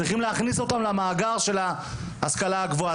צריכים להכניס אותם למאגר של ההשכלה הגבוהה,